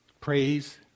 praise